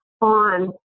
on